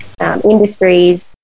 industries